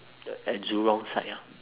at jurong side ah